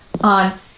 on